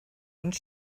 ond